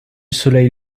soleil